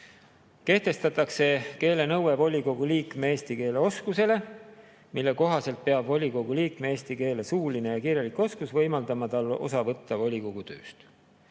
Kehtestatakse keelenõue volikogu liikme eesti keele oskusele, mille kohaselt peab volikogu liikme eesti keele suuline ja kirjalik oskus võimaldama tal osa võtta volikogu tööst.